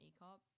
ECOP